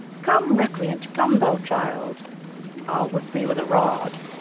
come, recreant, come, thou child i'll whip thee with a rod.